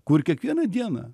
kur kiekvieną dieną